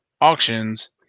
auctions